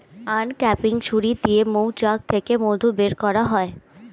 uncapping ছুরি দিয়ে মৌচাক থেকে মধু বের করা হয়